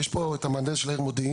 יש פה את המהנדס של העיר מודיעין,